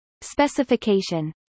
Specification